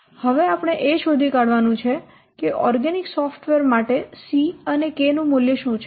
હવે આપણે એ શોધી કાઢવાનું છે કે ઓર્ગેનિક સોફ્ટવેર માટે c અને k નું મૂલ્ય શું છે